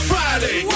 Friday